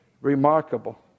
Remarkable